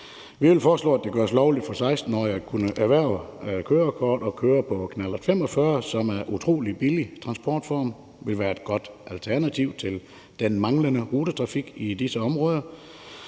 Vi vil foreslå, at det gøres lovligt for 16-årige at kunne erhverve kørekort og køre på knallert 45, som er en utrolig billig transportform, og det vil være et godt alternativ til den manglende rutetrafik i disse områder,